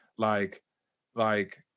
like like.